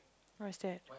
what is that